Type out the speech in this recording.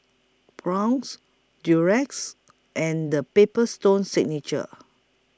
Braun's Durex and The Paper Stone Signature